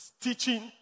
teaching